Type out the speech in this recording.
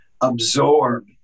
absorb